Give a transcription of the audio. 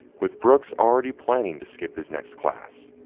with brooks already planning to skip his next class,